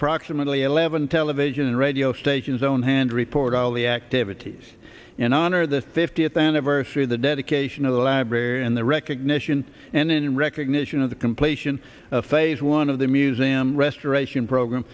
approximately eleven television and radio stations own hand report all activities in honor of the fiftieth anniversary of the dedication of the library and the recognition and in recognition of the completion of phase one of the museum restoration program